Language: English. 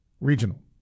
regional